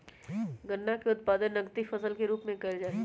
गन्ना के उत्पादन नकदी फसल के रूप में कइल जाहई